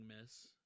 miss